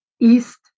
East